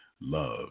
Love